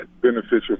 beneficial